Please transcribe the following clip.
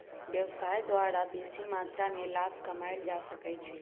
व्यवसाय द्वारा बेशी मत्रा में लाभ कमायल जा सकइ छै